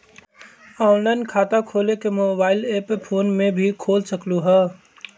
Online खाता खोले के मोबाइल ऐप फोन में भी खोल सकलहु ह?